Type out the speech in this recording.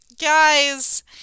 Guys